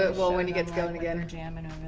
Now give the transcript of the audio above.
well, when he gets going again. and yeah, um and